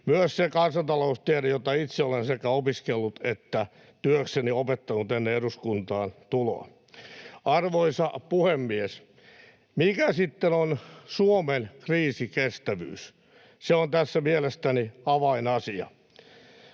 myös se kansantaloustiede, jota itse olen sekä opiskellut että työkseni opettanut ennen eduskuntaan tuloa. Arvoisa puhemies! Mikä sitten on Suomen kriisikestävyys, se on tässä mielestäni avainasia.